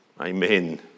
Amen